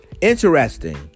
Interesting